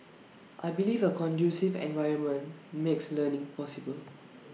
I believe A conducive environment makes learning possible